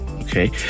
Okay